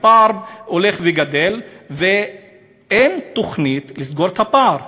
הפער הולך וגדל ואין תוכנית לסגור את הפער.